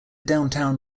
downtown